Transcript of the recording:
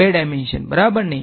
બે ડાઈમેંશન બરાબરને